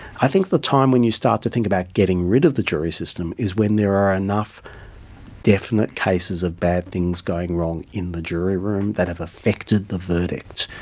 i think the time when you start to think about getting rid of the jury system is when there are enough definite cases of bad things going wrong in the jury room that have affected the verdict.